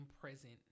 present